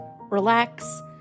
relax